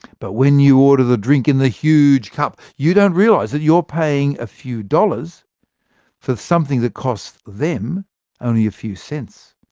but when you order the drink in the huge cup, you don't realise that you're paying a few dollars for something that costs them only a few cents.